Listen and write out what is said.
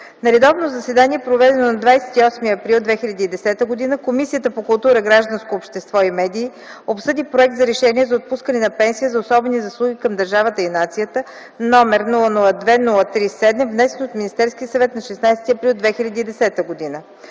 На редовно заседание, проведено на 28 април 2010 г., Комисията по културата, гражданското общество и медиите обсъди проект за решение за отпускане на пенсия за особени заслуги към държавата и нацията, № 002-03-7, внесен от Министерския съвет на 16 април 2010 г.